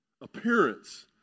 appearance